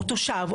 או תושב,